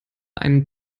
einen